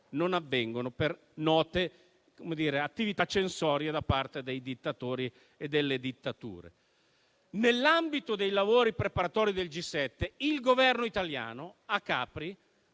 non avvengono per note attività censorie da parte dei dittatori e delle dittature. Nell'ambito dei lavori preparatori del G7, il Governo italiano a Capri